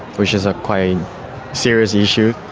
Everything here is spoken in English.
which is a quite serious issue.